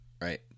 Right